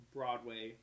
Broadway